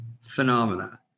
phenomena